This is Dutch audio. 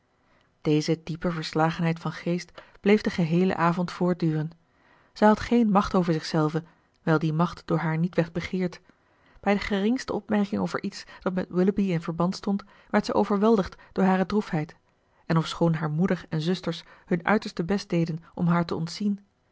deze diepe verslagenheid van geest bleef den geheelen avond voortduren zij had geen macht over zichzelve wijl die macht door haar niet werd begeerd bij de geringste opmerking over iets dat met willoughby in verband stond werd zij overweldigd door hare droefheid en ofschoon haar moeder en zusters hun uiterste best deden om haar te ontzien